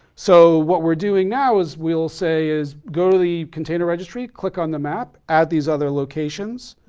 so what we're doing now is we'll say is go to the container registry, click on the map, add these other locations.